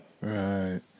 Right